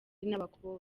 n’abakobwa